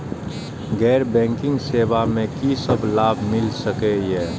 गैर बैंकिंग सेवा मैं कि सब लाभ मिल सकै ये?